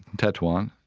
tetouan,